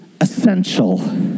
essential